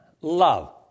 love